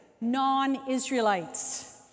non-Israelites